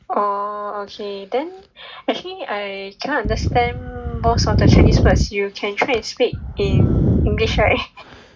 ohh okay then actually I cannot understand most of the chinese words you can try to speak in english right